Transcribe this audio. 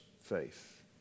faith